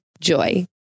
joy